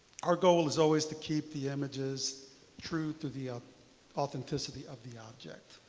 our goal is always to keep the images true to the ah authenticity of the object.